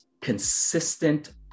consistent